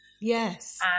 Yes